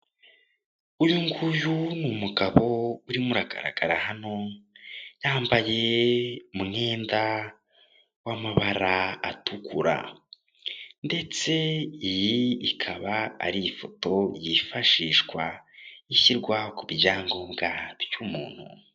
Uyu nguyu ni umugabo urimo uragaragara hano, yambaye umwenda w'amabara atukura. Ndetse iyi ikaba ari ifoto yifashishwa, ishyirwa ku byangombwa by'umuntu.